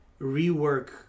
rework